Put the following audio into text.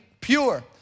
pure